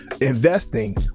investing